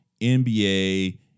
NBA